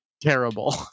terrible